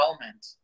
moment